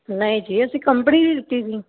ਨਹੀਂ ਜੀ ਅਸੀਂ ਕੰਪਨੀ ਦੀ ਦਿੱਤੀ ਸੀ